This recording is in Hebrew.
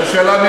אז השאלה,